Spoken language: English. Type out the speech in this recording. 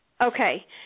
Okay